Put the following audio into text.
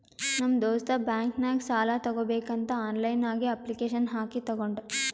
ನಮ್ ದೋಸ್ತ್ ಬ್ಯಾಂಕ್ ನಾಗ್ ಸಾಲ ತಗೋಬೇಕಂತ್ ಆನ್ಲೈನ್ ನಾಗೆ ಅಪ್ಲಿಕೇಶನ್ ಹಾಕಿ ತಗೊಂಡ್